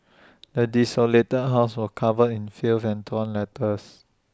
the desolated house was covered in filth and torn letters